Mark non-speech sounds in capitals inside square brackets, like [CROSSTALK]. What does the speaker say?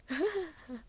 [LAUGHS]